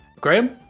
Graham